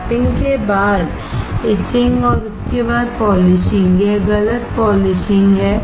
lapping के बाद etching और उसके बाद पॉलिशिंग यह गलत पॉलिशिंग है